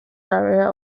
area